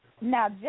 Now